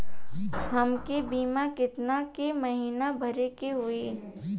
हमके बीमा केतना के महीना भरे के होई?